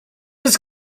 his